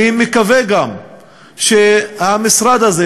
אני מקווה גם שהמשרד הזה,